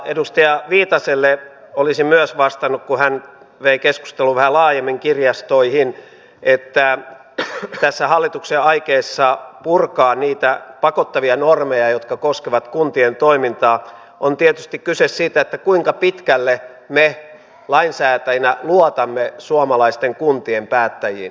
edustaja viitaselle olisin myös vastannut kun hän vei keskustelun vähän laajemmin kirjastoihin että tässä hallituksen aikeessa purkaa niitä pakottavia normeja jotka koskevat kuntien toimintaa on tietysti kyse siitä kuinka pitkälle me lainsäätäjinä luotamme suomalaisten kuntien päättäjiin